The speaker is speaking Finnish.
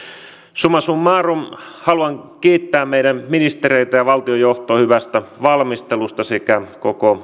summa summarum haluan kiittää meidän ministereitämme ja valtiojohtoamme hyvästä valmistelusta sekä koko